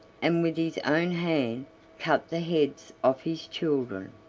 and with his own hand cut the heads off his children.